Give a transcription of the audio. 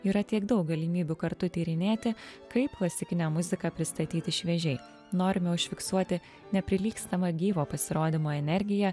yra tiek daug galimybių kartu tyrinėti kaip klasikinę muziką pristatyti šviežiai norime užfiksuoti neprilygstamą gyvo pasirodymo energiją